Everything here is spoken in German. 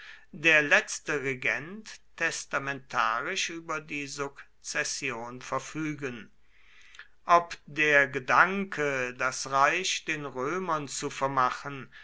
der letzte regent testamentarisch über die sukzession verfügen ob der gedanke das reich den römern zu vermachen